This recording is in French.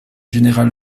général